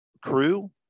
crew